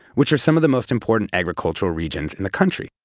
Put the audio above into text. which are some of the most important agricultural regions in the country.